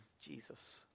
Jesus